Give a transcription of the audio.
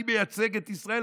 אני מייצג את ישראל,